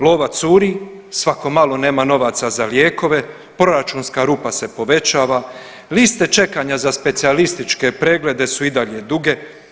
Lova curi, svako malo nema novaca za lijekove, proračunska rupa se povećava, liste čekanja za specijalističke preglede su i dalje duge.